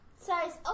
Size